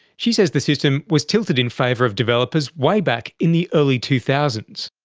she says the system was tilted in favour of developers way back in the early two thousand